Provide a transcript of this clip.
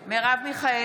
בעד מרב מיכאלי,